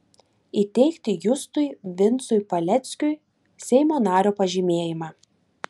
įteikti justui vincui paleckiui seimo nario pažymėjimą